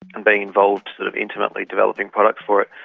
and being involved sort of intimately developing products for it,